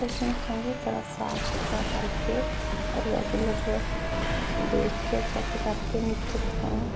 ਫਿਰ ਉਸਨੂੰ ਚੰਗੀ ਤਰਾਂ ਸਾਫ਼ ਸੁਥਰਾ ਕਰਕੇ ਔਰ ਰੈਗੂਲੇਟਰ ਦੇਖ ਕੇ ਚੈੱਕ ਕਰਕੇ ਨੀਚੇ ਤੋਂ